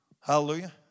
Hallelujah